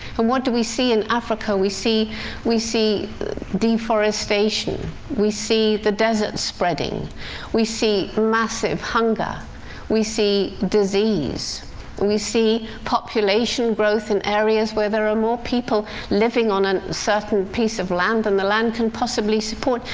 and what do we see in africa? we see we see deforestation we see the desert spreading we see massive hunger we see disease we see population growth in areas where there are more people living on a certain piece of land than the land can possibly support,